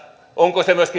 onko se